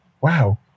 wow